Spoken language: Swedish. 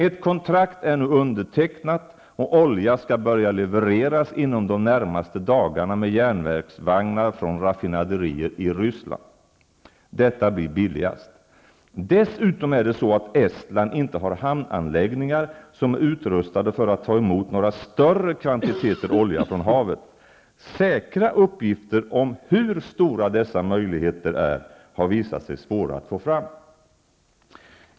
Ett kontrakt är nu undertecknat, och olja skall börja levereras inom de närmaste dagarna med järnvägsvagnar från raffinaderier i Ryssland. Detta blir billigast. Dessutom är det så att Estland inte har hamnanläggningar som är utrustade för att ta emot några större kvantiteter olja från havet. Säkra uppgifter om hur stora dessa möjligheter är har visat sig svåra att få fram.